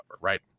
Right